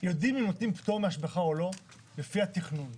יודעים אם נותנים פטור מהשבחה או לא לפי התכנון,